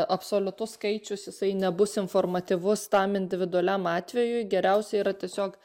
absoliutus skaičius jisai nebus informatyvus tam individualiam atvejui geriausia yra tiesiog